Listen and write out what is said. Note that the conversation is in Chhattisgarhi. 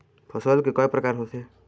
फसल के कय प्रकार होथे?